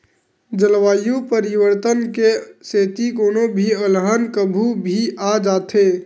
जलवायु परिवर्तन के सेती कोनो भी अलहन कभू भी आ जाथे